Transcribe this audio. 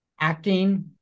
Acting